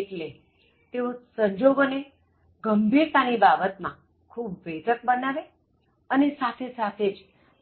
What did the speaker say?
એટલે તેઓ સંજોગોને ગંભીરતા ની બાબત માં ખૂબ વેધક બનાવેઅને સાથે સાથે જ